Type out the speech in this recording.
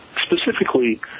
specifically